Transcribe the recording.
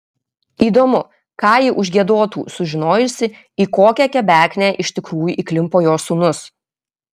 įdomu ką ji užgiedotų sužinojusi į kokią kebeknę iš tikrųjų įklimpo jos sūnus